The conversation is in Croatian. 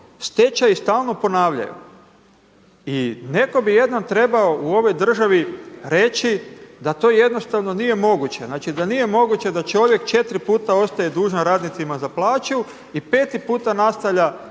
stečaji stalno ponavljaju. I netko bi jednom trebao u ovoj državi reći da to jednostavno nije moguće, znači da nije moguće da čovjek 4 puta ostaje dužan radnicima za plaću i peti puta nastavlja ne